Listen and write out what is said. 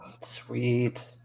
Sweet